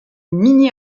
mini